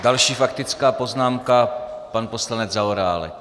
Další faktická poznámka pan poslanec Zaorálek.